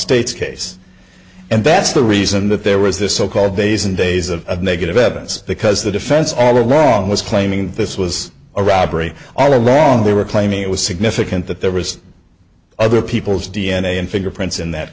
state's case and that's the reason that there was this so called days and days of negative evidence because the defense all wrong was claiming this was a robbery all along they were claiming it was significant that there was other people's d n a and fingerprints in that